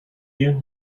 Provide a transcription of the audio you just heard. you